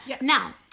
now